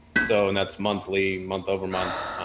so, and that's monthly, month over month.